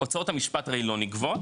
הוצאות המשפט, הרי לא נגבות